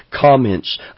comments